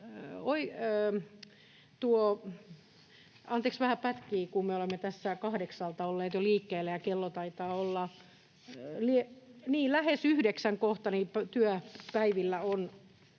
Anteeksi, vähän pätkii, kun me olemme tässä kahdeksalta olleet jo liikkeellä, ja kello taitaa olla... [Aino-Kaisa